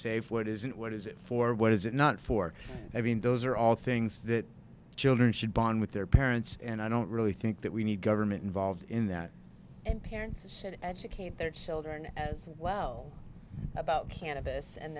safe what isn't what is it for what is it not for everyone those are all things that children should bond with their parents and i don't really think that we need government involved in that and parents should educate their children as well about cannabis and